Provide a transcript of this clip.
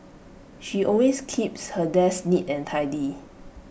she always keeps her desk neat and tidy